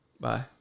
Bye